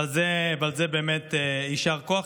ועל זה באמת יישר כוח.